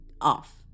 off